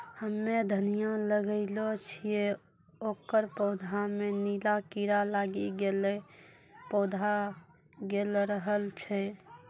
हम्मे धनिया लगैलो छियै ओकर पौधा मे नीला कीड़ा लागी गैलै पौधा गैलरहल छै?